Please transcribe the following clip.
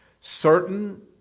certain